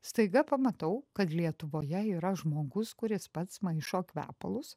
staiga pamatau kad lietuvoje yra žmogus kuris pats maišo kvepalus